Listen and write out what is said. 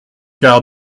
car